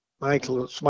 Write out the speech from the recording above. Michael